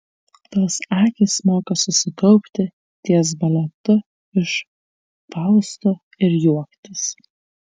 tos akys moka susikaupti ties baletu iš fausto ir juoktis